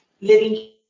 living